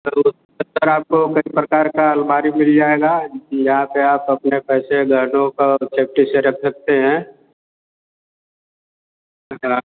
sir वह sir आपको कई प्रकार का अलमारी मिल जाएगा यहाँ पर आप अपने पैसे गार्डों का सेफ्टी से रख सकते हैं